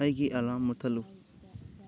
ꯑꯩꯒꯤ ꯑꯦꯂꯥꯔꯝ ꯃꯨꯊꯠꯂꯨ